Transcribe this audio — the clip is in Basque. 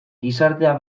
gizartea